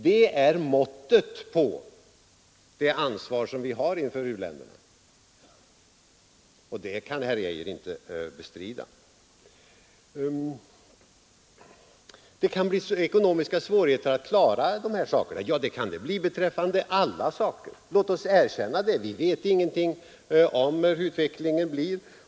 Det är måttet på det ansvar vi har inför u-länderna, och det kan herr Geijer inte bestrida. Det kan bli ekonomiska svårigheter att uppfylla detta mål, sade herr Geijer. Ja, det kan det bli beträffande alla saker, låt oss erkänna det. Vi vet ingenting om utvecklingen.